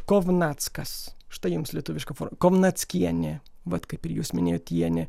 kovnackas štai jums lietuviška kovnackienė vat kaip ir jus minėjot ienė